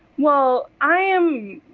well, i am.